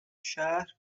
شهر